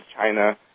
China